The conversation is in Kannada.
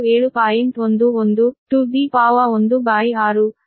162 ಮೀಟರ್ ಬರುತ್ತದೆ